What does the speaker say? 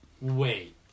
Wait